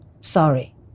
Sorry